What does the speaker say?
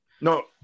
No